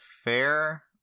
fair